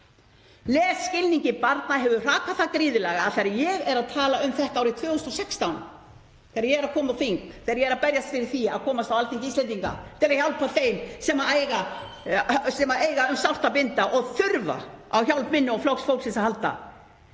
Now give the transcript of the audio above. Lesskilningi barna hefur hrakað það gríðarlega að þegar ég er að tala um þetta árið 2016, þegar ég er að að berjast fyrir því að komast á Alþingi Íslendinga til að hjálpa þeim sem eiga um sárt að binda og þurfa á hjálp minni og Flokks fólksins að halda,